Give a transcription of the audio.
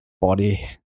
body